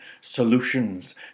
solutions